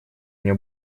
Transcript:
мне